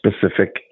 specific